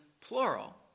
plural